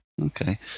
Okay